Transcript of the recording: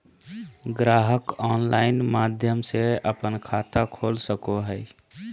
ग्राहक ऑनलाइन माध्यम से अपन खाता खोल सको हइ